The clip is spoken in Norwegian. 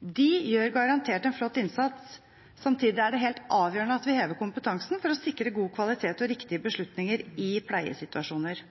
De gjør garantert en flott innsats. Samtidig er det helt avgjørende at vi hever kompetansen for å sikre god kvalitet og riktige beslutninger i pleiesituasjoner.